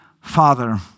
Father